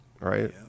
right